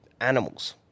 animals